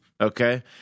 Okay